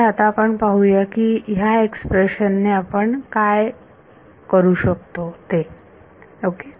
तर आता आपण पाहूया की ह्या एक्सप्रेशनने आपण काय करू शकतो ते ओके